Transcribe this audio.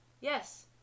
Yes